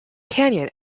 canyon